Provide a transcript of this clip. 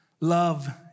Love